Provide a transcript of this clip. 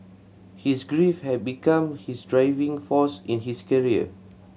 his grief had become his driving force in his career